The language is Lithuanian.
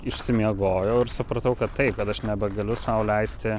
išsimiegojau ir supratau kad taip kad aš nebegaliu sau leisti